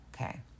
Okay